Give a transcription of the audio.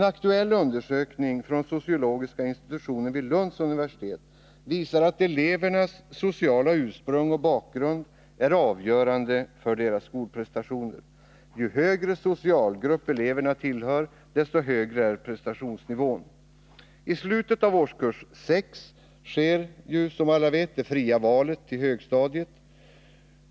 En aktuell undersökning från sociologiska institutionen vid Lunds universitet visar att elevernas sociala ursprung och bakgrund är avgörande för deras skolprestationer. Ju högre socialgrupp eleverna tillhör, desto högre är prestationsnivån. I slutet av årskurs 6 sker, som alla vet, det fria valet till högstadiet.